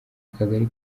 kagali